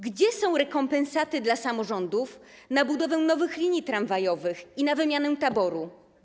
Gdzie są rekompensaty dla samorządów na budowę nowych linii tramwajowych i wymianę taboru?